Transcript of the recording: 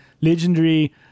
legendary